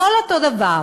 הכול אותו דבר.